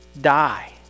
die